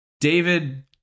david